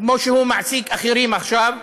כמו שהוא מעסיק אחרים עכשיו,